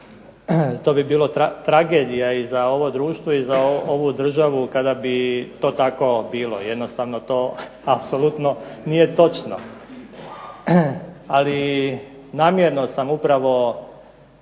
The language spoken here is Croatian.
To bi bila tragedija i za ovu državu i za ovo društvo kada bi to tako bilo, jednostavno to apsolutno nije točno. Ali namjerno sam upravo